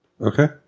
Okay